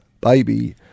baby